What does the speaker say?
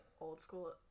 old-school